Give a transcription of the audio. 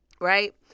Right